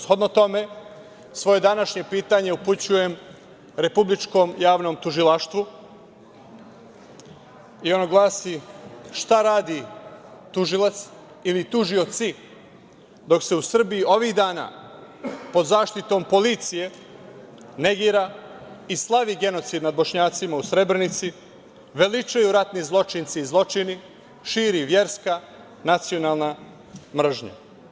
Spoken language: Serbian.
Shodno tome, svoje današnje pitanje upućujem Republičkom javnom tužilaštvu i ono glasi: šta radi tužilac ili tužioci dok se u Srbiji ovih dana, pod zaštitom policije, negira i slavi genocid nad Bošnjacima u Srebrenici, veličaju ratni zločinci i zločini, širi verska, nacionalna mržnja?